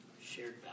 Shared